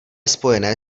spojené